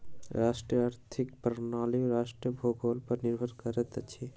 राष्ट्रक आर्थिक प्रणाली राष्ट्रक भूगोल पर निर्भर करैत अछि